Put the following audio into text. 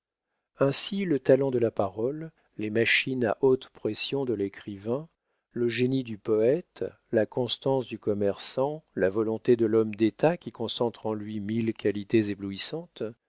ainsi le talent de la parole les machines à haute pression de l'écrivain le génie du poète la constance du commerçant la volonté de l'homme d'état qui concentre en lui mille qualités éblouissantes